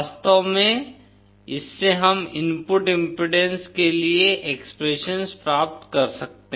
वास्तव में इससे हम इनपुट इम्पीडेन्स के लिए एक्सप्रेसशंस प्राप्त कर सकते हैं